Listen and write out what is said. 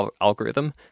algorithm